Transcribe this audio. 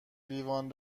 لیوان